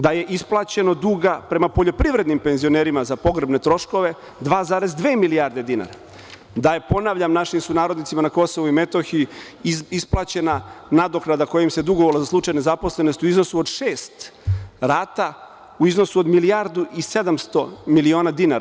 Da je isplaćeno duga prema poljoprivrednim penzionerima za pogrebne troškove 2,2 milijarde dinara, da je ponavljam našim sunarodnicima na Kosovu i Metohiji isplaćena nadoknada kojima se dugovalo za slučaju nezaposlenosti u iznosu od šest rata, u iznosu od milijardu i 700 miliona dinara.